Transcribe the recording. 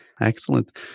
Excellent